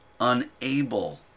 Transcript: unable